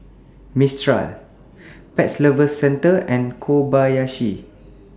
Mistral Pet Lovers Centre and Kobayashi